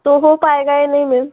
तो हो पाएगा या नहीं मैम